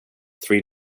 three